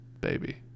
baby